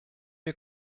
wir